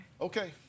Okay